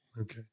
Okay